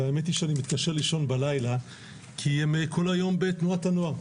ואני מתקשה לישון בלילה כי הם כל היום בתנועות הנוער.